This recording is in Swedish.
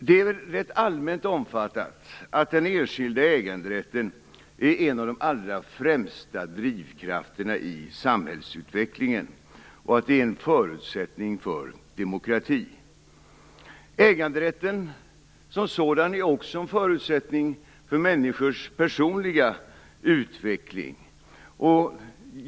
Det är en rätt allmänt omfattad åsikt att den enskilda äganderätten är en av de allra främsta drivkrafterna i samhällsutvecklingen och att det är en förutsättning för demokrati. Äganderätten som sådan är också en förutsättning för människors personliga utveckling.